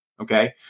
Okay